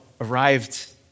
arrived